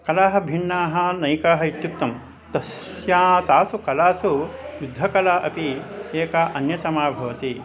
कलाः भिन्नाः अनेकाः इत्युक्तं तस्या तासु कलासु युद्धकला अपि एका अन्यतमा भवति